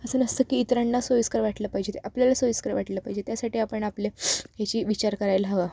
असं नसतं की इतरांना सोयीस्कर वाटलं पाहिजे ते आपल्याला सोयस्कर वाटलं पाहिजे त्यासाठी आपण आपले ह्याची विचार करायला हवां